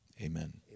amen